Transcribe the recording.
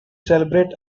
celebrate